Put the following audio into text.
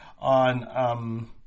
on